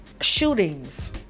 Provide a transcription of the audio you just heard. shootings